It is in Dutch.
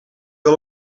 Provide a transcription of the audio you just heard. wel